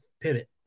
pivot